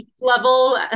level